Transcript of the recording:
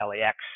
lax